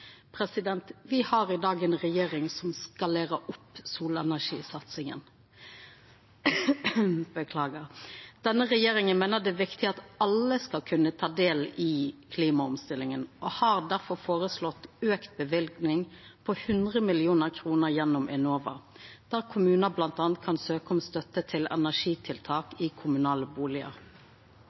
har i dag ei regjering som skalerer opp solenergisatsinga. Denne regjeringa meiner det er viktig at alle skal kunna ta del i klimaomstillinga og har derfor føreslått auka løyving på 100 mill. kr gjennom Enova, der kommunar bl.a. kan søka om støtte til energitiltak i kommunale